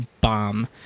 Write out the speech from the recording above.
bomb